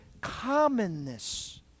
commonness